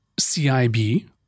CIB